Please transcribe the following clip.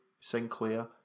Sinclair